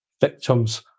victims